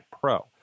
pro